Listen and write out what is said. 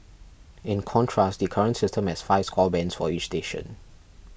in contrast the current system has five score bands for each station